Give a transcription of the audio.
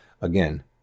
Again